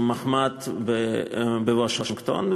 למחמ"ד בוושינגטון.